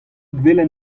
velen